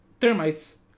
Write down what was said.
Termites